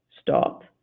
Stop